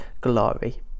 glory